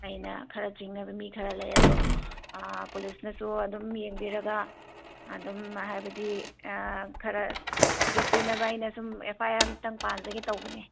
ꯑꯩꯅ ꯈꯔ ꯆꯤꯡꯅꯕ ꯃꯤ ꯈꯔ ꯂꯩ ꯑꯗꯣ ꯄꯨꯂꯤꯁꯅꯁꯨ ꯑꯗꯨꯝ ꯌꯦꯡꯕꯤꯔꯒ ꯑꯗꯨꯝ ꯍꯥꯏꯕꯗꯤ ꯈꯔ ꯊꯤꯒꯠꯄꯤꯅꯕ ꯑꯩꯅ ꯁꯨꯝ ꯑꯦꯐ ꯑꯥꯏ ꯑꯥꯔ ꯑꯃꯇꯪ ꯄꯥꯟꯖꯒꯦ ꯇꯧꯕꯅꯦ